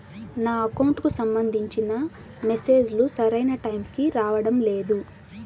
నా అకౌంట్ కు సంబంధించిన మెసేజ్ లు సరైన టైము కి రావడం లేదు